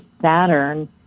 Saturn